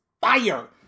fire